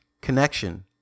connection